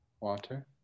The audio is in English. water